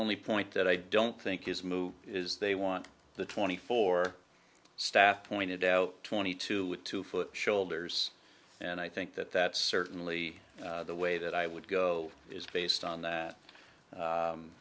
only point that i don't think is move is they want the twenty four staff pointed out twenty two with two foot shoulders and i think that that's certainly the way that i would go is based on that